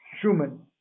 human